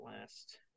last